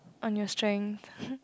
on your strength